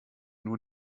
nur